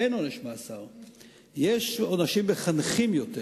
יש עונשים מחנכים יותר שבהם,